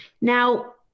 Now